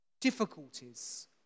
Difficulties